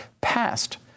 passed